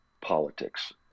politics